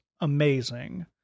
amazing